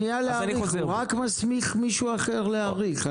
הוא רק מסמיך מישהו אחר להאריך.